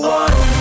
one